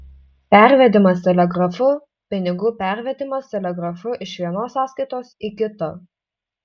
pervedimas telegrafu pinigų pervedimas telegrafu iš vienos sąskaitos į kitą